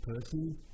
person